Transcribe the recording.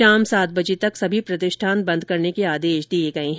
शाम सात बजे तक सभी प्रतिष्ठान बंद करने के आदेश दिए गए हैं